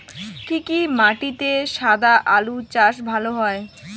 কি কি মাটিতে সাদা আলু চাষ ভালো হয়?